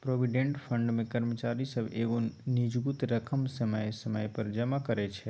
provident fund मे कर्मचारी सब एगो निजगुत रकम समय समय पर जमा करइ छै